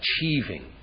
achieving